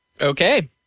Okay